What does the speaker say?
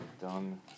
done